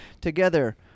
Together